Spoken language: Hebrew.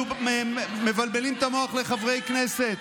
מבלבלים את המוח לחברי כנסת.